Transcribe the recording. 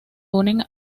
unen